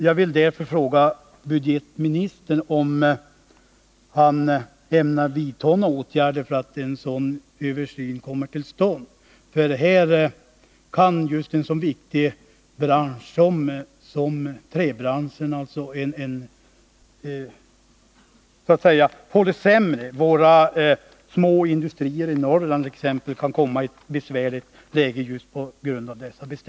Jag vill därför fråga Torsdagen den budgetministern om han ämnar vidta några åtgärder för att en sådan översyn — 13 november 1980 kommer till stånd. En så viktig bransch som träbranschen kan ju få det sämre, och t.ex. våra småindustrier i Norrland kan komma i ett besvärligt läge just